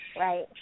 right